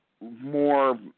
more